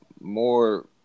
more